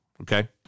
okay